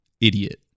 idiot